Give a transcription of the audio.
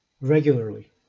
regularly